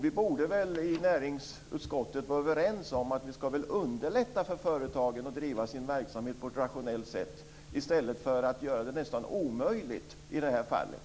Vi borde vara överens i näringsutskottet om att vi ska underlätta för företagen att driva sin verksamhet på ett rationellt sätt i stället för att göra det nästan omöjligt, som i det här fallet.